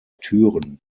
türen